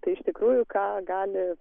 tai iš tikrųjų ką gali